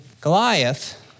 Goliath